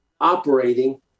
operating